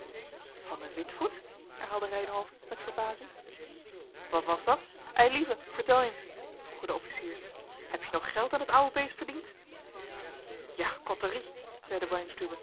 van den witvoet herhaalde reynhove met verbazing wat was dat eilieve vertel eens vroegen de officiers heb je nog geld aan dat oude beest verdiend ja kottorie